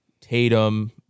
Tatum